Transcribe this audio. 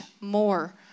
more